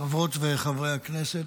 חברות וחברי הכנסת.